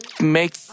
make